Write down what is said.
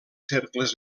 cercles